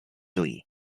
hui